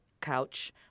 couch